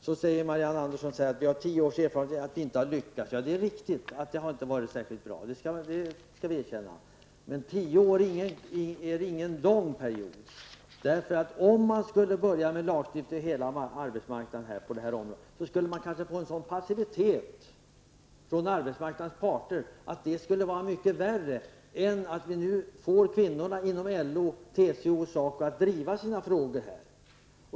Sedan säger Marianne Andersson att vi har tio års erfarenhet av detta och att vi inte har lyckats. Ja, det är riktigt att det inte har varit särskilt bra. Det skall vi erkänna. Men tio år är inte någon lång period. Om man skulle börja med lagstiftning för hela arbetsmarknaden på det här området skulle man kanske få en sådan passivitet från arbetsmarknadens parter att det skulle vara mycket värre än att vi nu får kvinnorna inom LO, TCO och SACO att driva sina frågor här.